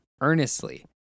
earnestly